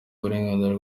uburenganzira